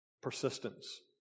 persistence